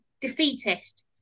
defeatist